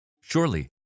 Surely